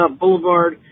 Boulevard